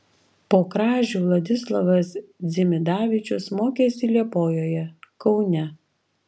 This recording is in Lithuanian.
po kražių vladislovas dzimidavičius mokėsi liepojoje kaune